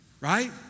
right